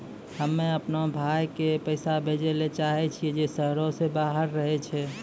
हम्मे अपनो भाय के पैसा भेजै ले चाहै छियै जे शहरो से बाहर रहै छै